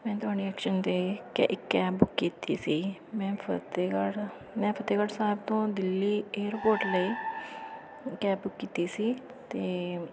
ਮੈਂ ਤੁਹਾਡੀ ਐਕਸ਼ਨ 'ਤੇ ਕਿ ਇੱਕ ਕੈਬ ਬੁੱਕ ਕੀਤੀ ਸੀ ਮੈਂ ਫਤਿਹਗੜ੍ਹ ਮੈਂ ਫਤਿਹਗੜ੍ਹ ਸਾਹਿਬ ਤੋਂ ਦਿੱਲੀ ਏਅਰਪੋਰਟ ਲਈ ਕੈਬ ਕੀਤੀ ਸੀ ਅਤੇ